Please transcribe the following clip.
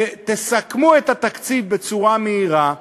תסכמו את התקציב בצורה מהירה,